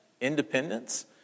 independence